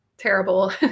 terrible